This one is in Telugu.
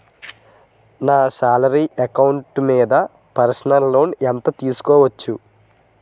నా సాలరీ అకౌంట్ మీద పర్సనల్ లోన్ ఎంత తీసుకోవచ్చు?